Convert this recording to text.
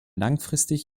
langfristig